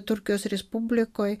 turkijos respublikoj